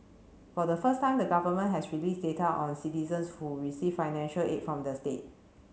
for the first time the government has released data on citizens who receive financial aid from the state